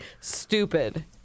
stupid